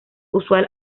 usual